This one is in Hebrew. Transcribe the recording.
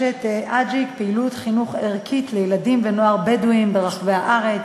יש "אג'יק" פעילות חינוך ערכית לילדים ונוער בדואים ברחבי הארץ,